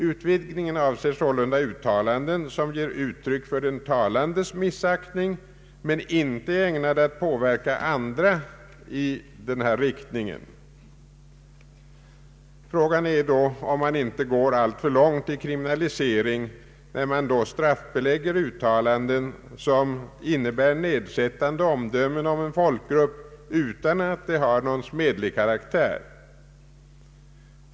Utvidgningen avser sålunda uttalanden som ger uttryck för den talandes missaktning men inte är ägnade att på verka andra i denna riktning. Frågan är då om man inte går alltför långt i kriminalisering när man straffbelägger uttalanden som innebär nedsättande omdömen om en folkgrupp utan att de har någon smädlig karaktär.